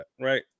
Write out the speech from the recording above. Right